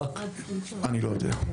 אני לא יודע.